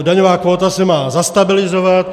Daňová kvóta se má zastabilizovat.